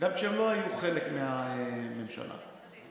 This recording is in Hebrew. וגם כשהם לא היו חלק מהממשלה הזאת.